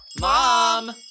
Mom